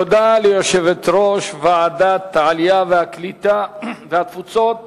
תודה ליושבת-ראש ועדת העלייה, הקליטה והתפוצות,